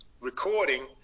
recording